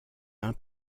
l’un